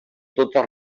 totes